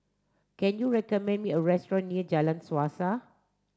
can you recommend me a restaurant near Jalan Suasa